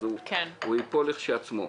אז הוא ייפול כשלעצמו.